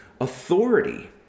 authority